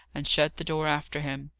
and shut the door after him.